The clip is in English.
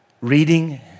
reading